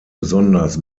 besonders